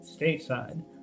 stateside